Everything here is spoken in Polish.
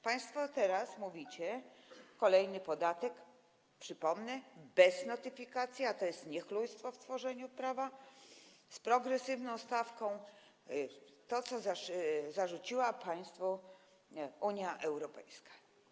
Państwo teraz mówicie o kolejnym podatku, przypomnę, bez notyfikacji, a to jest niechlujstwo w tworzeniu prawa, ze stawką progresywną - to, co zarzuciła państwu Unia Europejska.